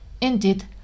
Indeed